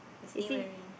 it say